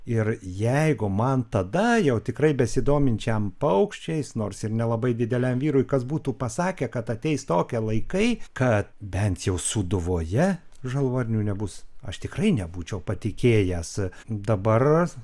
ir jeigu man tada jau tikrai besidominčiam paukščiais nors ir nelabai dideliam vyrui kas būtų pasakę kad ateis tokie laikai kad bent jau sūduvoje žalvarnių nebus aš tikrai nebūčiau patikėjęs dabar